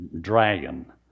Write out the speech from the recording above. dragon